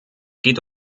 geht